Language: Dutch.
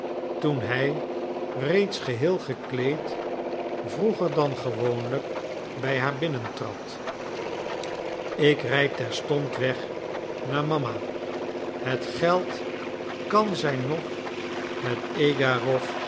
toen hij reeds geheel gekleed vroeger dan gewoonlijk bij haar binnentrad ik rijd terstond weg naar mama het geld kan zij nog met egarow